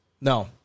No